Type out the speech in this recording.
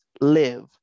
live